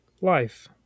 life